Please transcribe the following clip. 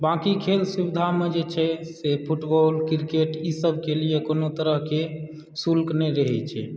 बाकी खेल सुविधामे जे छै फुटबॉल क्रिकेट ईसभकेँ लिए कोनो तरहकेँ शुल्क नहि रहैत छै